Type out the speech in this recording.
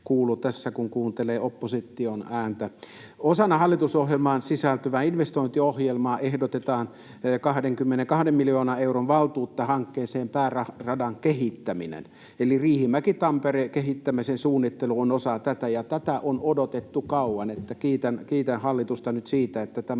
kuulu, kun kuuntelee opposition ääntä. Osana hallitusohjelmaan sisältyvää investointiohjelmaa ehdotetaan 22 miljoonan euron valtuutta pääradan kehittämisen hankkeeseen, eli Riihimäki—Tampere-välin kehittämisen suunnittelu on osa tätä. Tätä on odotettu kauan, eli kiitän hallitusta nyt siitä, että tämä